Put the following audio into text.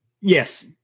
Yes